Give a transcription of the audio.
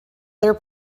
their